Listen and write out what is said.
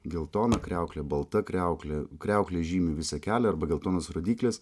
geltona kriauklė balta kriauklė kriauklės žymi visą kelią arba geltonos rodyklės